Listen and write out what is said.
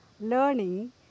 learning